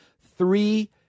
three